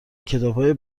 کتابهای